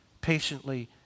patiently